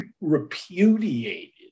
repudiated